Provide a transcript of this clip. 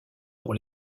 pour